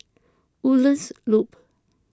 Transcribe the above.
Woodlands Loop